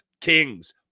Kings